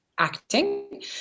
acting